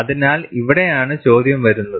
അതിനാൽ ഇവിടെയാണ് ചോദ്യം വരുന്നത്